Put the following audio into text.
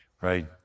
right